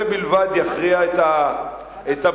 זה בלבד יכריע את הבחירות.